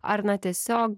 ar na tiesiog